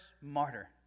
martyr